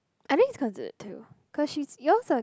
I think it's considered too because she yours are